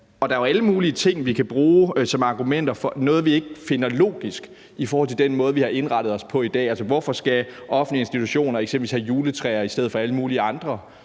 Der er jo alle mulige ting, vi kan bruge som argumenter for noget, vi ikke finder logisk i forhold til den måde, vi har indrettet os på i dag: Hvorfor skal offentlige institutioner eksempelvis have juletræer i stedet for alle mulige andres